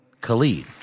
Khalid